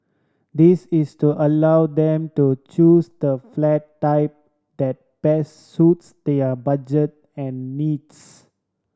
this is to allow them to choose the flat type that best suits their budget and needs